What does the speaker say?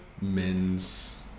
men's